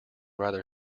rather